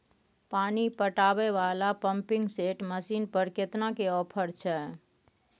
पानी पटावय वाला पंपिंग सेट मसीन पर केतना के ऑफर छैय?